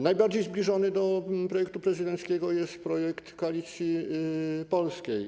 Najbardziej zbliżony do projektu prezydenckiego jest projekt Koalicji Polskiej.